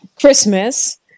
Christmas